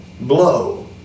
blow